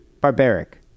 Barbaric